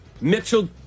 Mitchell